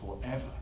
forever